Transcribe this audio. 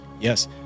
Yes